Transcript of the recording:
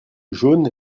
jaune